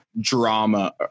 drama